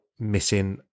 missing